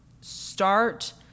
start